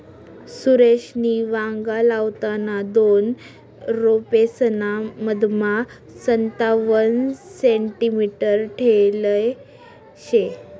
सुरेशनी वांगा लावताना दोन रोपेसना मधमा संतावण सेंटीमीटर ठेयल शे